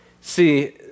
See